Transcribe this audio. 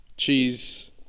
Cheese